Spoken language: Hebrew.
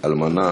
אלמנ/ה